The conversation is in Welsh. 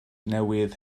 newydd